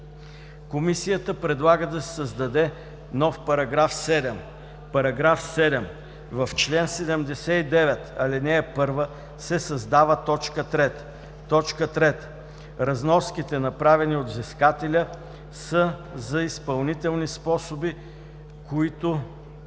Комисията предлага да се създаде нов § 7: „§ 7. В чл. 79, ал. 1 се създава т. 3: „3. разноските, направени от взискателя, са за изпълнителни способи, които